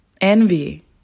envy